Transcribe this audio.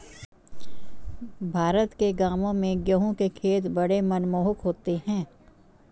भारत के गांवों में गेहूं के खेत बड़े मनमोहक होते हैं